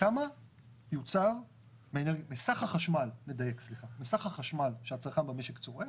כמה יוצר מסך החשמל שהצרכן במשק צורך,